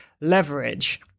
leverage